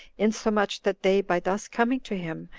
insomuch that they, by thus coming to him,